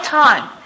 time